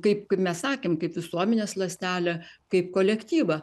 kaip mes sakėm kaip visuomenės ląstelę kaip kolektyvą